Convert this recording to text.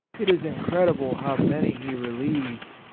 it is incredible how many he relieved.